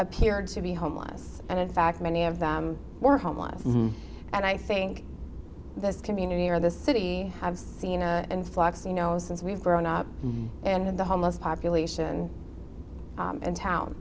appeared to be homeless and in fact many of them were homeless and i think this community or the city have seen a influx you know since we've grown up and the homeless population in town